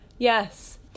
Yes